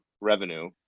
revenue